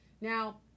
Now